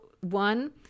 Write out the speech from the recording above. one